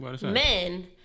men